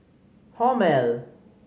Hormel